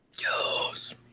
Yes